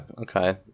Okay